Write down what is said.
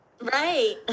Right